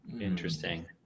interesting